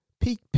peak